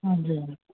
हजुर